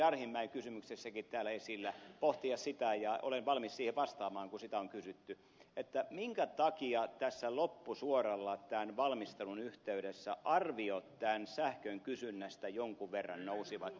arhinmäen kysymyksessäkin täällä esille pohtia sitä ja olen valmis siihen vastaamaan kun sitä on kysytty että minkä takia tässä loppusuoralla tämän valmistelun yhteydessä arviot tämän sähkön kysynnästä jonkun verran nousivat